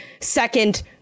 second